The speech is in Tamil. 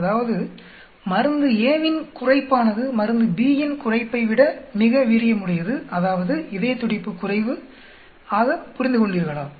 அதாவது மருந்து A வின் குறைப்பானது மருந்து B இன் குறைப்பை விட மிக வீரியமுடையது அதாவது இதயத்துடிப்பு குறைவு ஆக புரிந்துகொண்டீர்களா